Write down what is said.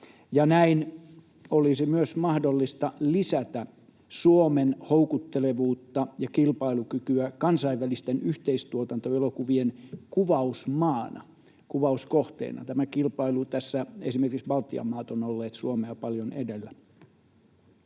näin olisi myös mahdollista lisätä Suomen houkuttelevuutta ja kilpailukykyä kansainvälisten yhteistuotantoelokuvien kuvausmaana, kuvauskohteena. Tässä kilpailussa esimerkiksi Baltian maat ovat olleet Suomea paljon edellä.